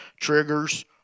triggers